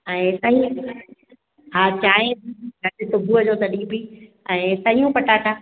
ऐं हा चाहिं त ॾिसो सुबुह जो त ॾिबी ऐं सयूं पटाटा